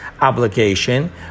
obligation